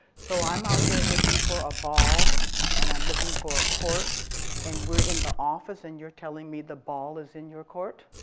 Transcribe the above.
so i'm out there looking for a ball and i'm looking for a court and we're in the office and you're telling me the ball is in your court.